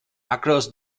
across